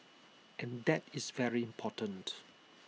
and that is very important